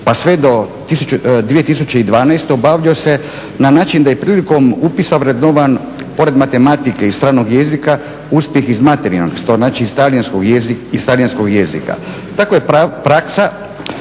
pa sve do 2012. obavljao se na način da je prilikom upisa vrednovan pored matematike i stranog jezika uspjeh iz materinskog znači iz talijanskog jezika. Tako je praksa